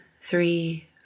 three